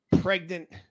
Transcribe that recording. pregnant